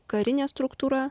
karinė struktūra